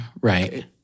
Right